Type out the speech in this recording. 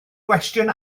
gwestiwn